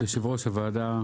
יושב-ראש הוועדה,